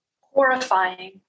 Horrifying